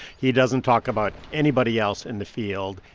he doesn't talk about anybody else in the field,